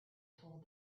told